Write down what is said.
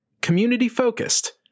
community-focused